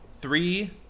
three